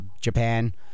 Japan